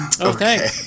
Okay